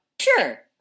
Sure